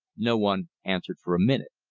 no one answered for a minute.